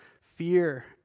fear